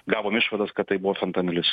gavom išvadas kad tai buvo fentanilis